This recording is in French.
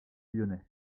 lyonnais